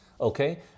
okay